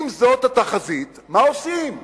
אם זאת התחזית, מה עושים?